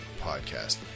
podcast